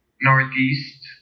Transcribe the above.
northeast